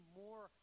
more